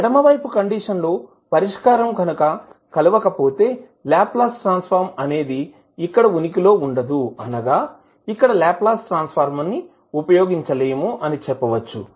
ఎడమ వైపు కండిషన్ లో పరిష్కారం కనుక కలవకపోతే లాప్లాస్ ట్రాన్సఫర్మ్ అనేది ఇక్కడ ఉనికి లో ఉండదు అనగా ఇక్కడ లాప్లాస్ ట్రాన్సఫర్మ్ ని ఉపయోగించలేము అని చెప్పవచ్చు